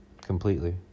Completely